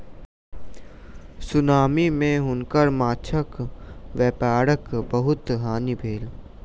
tsunami मे हुनकर माँछक व्यापारक बहुत हानि भेलैन